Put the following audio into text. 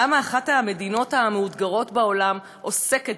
למה אחת המדינות המאותגרות בעולם עוסקת